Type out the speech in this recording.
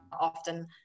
often